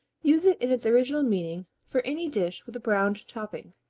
use it in its original meaning for any dish with a browned topping,